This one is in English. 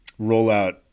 rollout